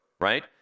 right